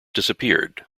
disappeared